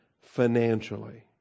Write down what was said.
financially